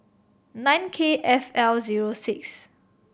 nine K F L zero six